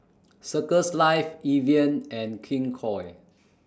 Circles Life Evian and King Koil